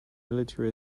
military